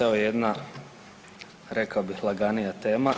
Evo jedna, rekao bih, laganija tema.